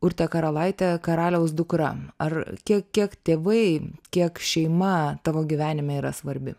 urte karalaite karaliaus dukra ar kiek kiek tėvai kiek šeima tavo gyvenime yra svarbi